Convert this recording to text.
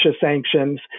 sanctions